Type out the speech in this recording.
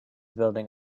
building